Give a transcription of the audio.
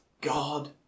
God